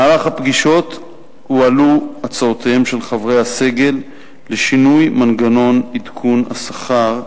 במהלך הפגישות הועלו הצעותיהם של חברי הסגל לשינוי מנגנון עדכון השכר,